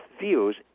views